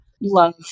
love